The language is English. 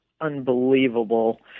unbelievable